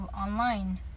online